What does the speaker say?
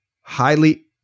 highly